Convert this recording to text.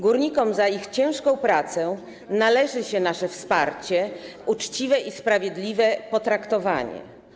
Górnikom za ich ciężką pracę należy się nasze wsparcie, uczciwe i sprawiedliwe potraktowanie.